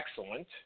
excellent